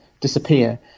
Disappear